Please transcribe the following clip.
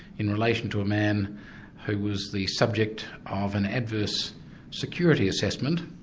in relation to a man who was the subject of an adverse security assessment,